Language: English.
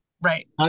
right